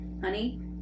honey